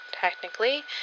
technically